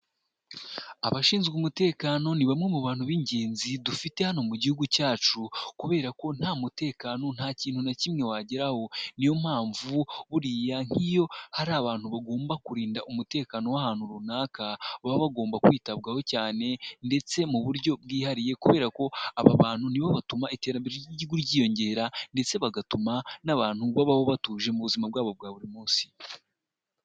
Abashinzwe umutekano, ni bamwe mu bantu b'ingenzi dufite hano mu gihugu cyacu, kubera ko nta mutekano nta kintu na kimwe wageraho, niyo mpamvu buriya nk'iyo hari abantu bagomba kurinda umutekano w'ahantu runaka, baba bagomba kwitabwaho cyane, ndetse mu buryo bwihariye, kubera ko aba bantu nibo butuma iterambere ry'igihugu ryiyongera ndetse bagatuma n'abantu babaho batuje mu buzima bwabo bwa buri munsi.